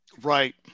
Right